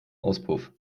auspuff